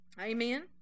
Amen